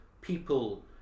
people